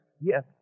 Yes